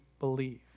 believe